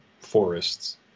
forests